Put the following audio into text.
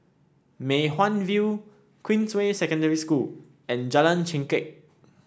Mei Hwan View Queensway Secondary School and Jalan Chengkek